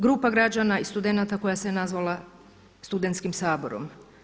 Grupa građana i studenata koja se nazvala Studentskim saborom.